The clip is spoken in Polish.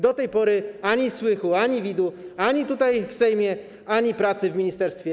Do tej pory ani słychu, ani widu, ani tutaj w Sejmie, ani w pracach w ministerstwie.